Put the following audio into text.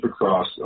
Supercross